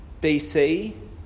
bc